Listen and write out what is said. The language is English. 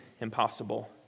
impossible